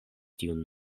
tiun